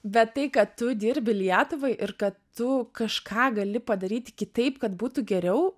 bet tai kad tu dirbi lietuvai ir kad tu kažką gali padaryti kitaip kad būtų geriau